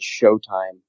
Showtime